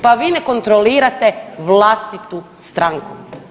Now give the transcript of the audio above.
Pa vi ne kontrolirate vlastitu stranku.